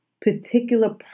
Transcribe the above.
particular